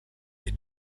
des